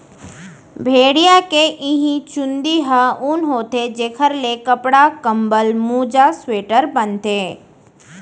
भेड़िया के इहीं चूंदी ह ऊन होथे जेखर ले कपड़ा, कंबल, मोजा, स्वेटर बनथे